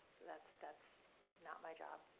that's that's not my job,